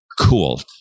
Cool